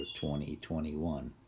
2021